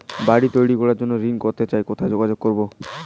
বাড়ি তৈরির জন্য ঋণ করতে চাই কোথায় যোগাযোগ করবো?